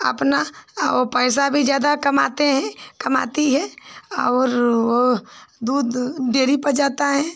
अपना और पैसा भी ज़्यादा कमाते हैं कमाती है और वह दूध डेयरी पर जाता है